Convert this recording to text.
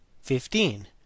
Fifteen